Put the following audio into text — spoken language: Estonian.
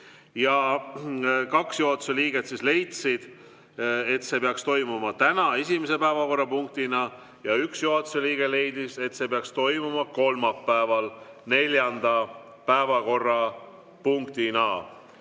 Kaks juhatuse liiget leidsid, et arutelu peaks toimuma täna esimese päevakorrapunktina, ja üks juhatuse liige leidis, et see peaks toimuma kolmapäeval neljanda päevakorrapunktina.